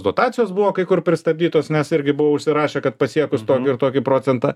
dotacijos buvo kai kur pristabdytos nes irgi buvo užsirašę kad pasiekus tokį ir tokį procentą